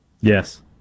Yes